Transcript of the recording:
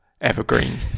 evergreen